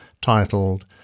titled